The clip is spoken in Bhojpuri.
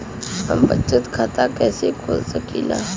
हम बचत खाता कईसे खोल सकिला?